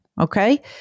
Okay